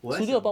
我还想